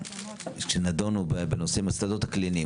כשדנו בנושא עם הסתדרות הקלינאים,